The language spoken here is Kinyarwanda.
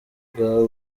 bwawe